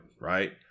right